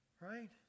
right